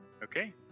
Okay